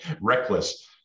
reckless